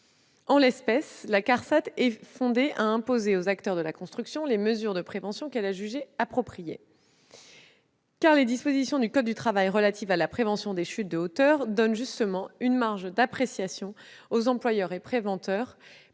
En l'espèce, la CARSAT régionale est fondée à imposer aux acteurs de la construction les mesures de prévention qu'elle a jugées appropriées. Car les dispositions du code du travail relatives à la prévention des chutes de hauteur donnent justement une marge d'appréciation aux employeurs et préventeurs,